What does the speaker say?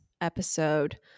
episode